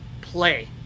play